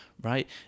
right